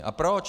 A proč?